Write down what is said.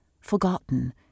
forgotten